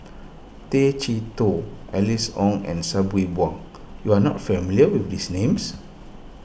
Tay Chee Toh Alice Ong and Sabri Buang you are not familiar with these names